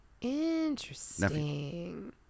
Interesting